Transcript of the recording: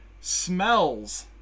smells